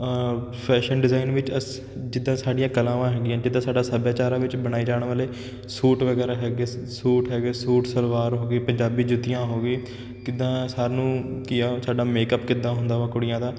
fashion design ਵਿੱਚ ਅਸ ਜਿੱਦਾਂ ਸਾਡੀਆਂ ਕਲਾਵਾਂ ਹੈਗੀਆਂ ਜਿੱਦਾਂ ਸਾਡਾ ਸੱਭਿਆਚਾਰਾਂ ਵਿੱਚ ਬਣਾਏ ਜਾਣ ਵਾਲੇ ਸੂਟ ਵਗੈਰਾ ਹੈਗੇ ਸ ਸੂਟ ਹੈਗੇ ਸੂਟ ਸਲਵਾਰ ਹੋ ਗਏ ਪੰਜਾਬੀ ਜੁੱਤੀਆਂ ਹੋ ਗਏ ਕਿੱਦਾਂ ਸਾਨੂੰ ਕੀ ਆ ਸਾਡਾ ਮੇਕਅਪ ਕਿੱਦਾਂ ਹੁੰਦਾ ਵਾ ਕੁੜੀਆਂ ਦਾ